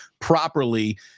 properly